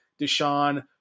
Deshaun